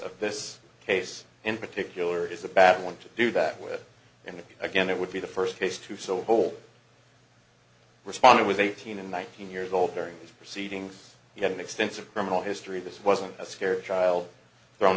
of this case in particular is a bad want to do that with and again it would be the first case to so whole responded with eighteen and nineteen years old during the proceedings he had an extensive criminal history this wasn't a scare a child thrown